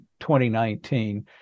2019